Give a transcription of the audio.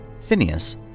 Phineas